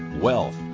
wealth